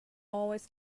always